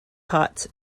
pots